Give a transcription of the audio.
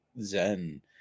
Zen